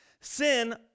Sin